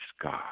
God